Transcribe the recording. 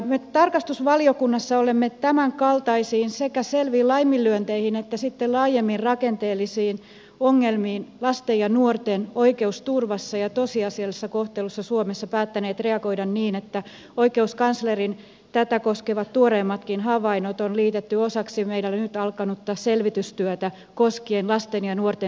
me tarkastusvaliokunnassa olemme tämänkaltaisiin sekä selviin laiminlyönteihin että laajemmin rakenteellisiin ongelmiin lasten ja nuorten oikeusturvassa ja tosiasiallisessa kohtelussa suomessa päättäneet reagoida niin että oikeuskanslerin tätä koskevat tuoreemmatkin havainnot on liitetty osaksi meillä nyt alkanutta selvitystyötä koskien lasten ja nuorten syrjäytymistä